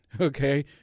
okay